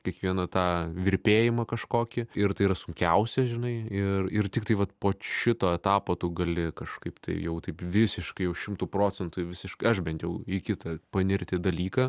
kiekvieną tą virpėjimą kažkokį ir tai yra sunkiausia žinai ir ir tiktai vat po šito etapo tu gali kažkaip tai jau taip visiškai jau šimtu procentų visiškai aš bent jau į kitą panirti dalyką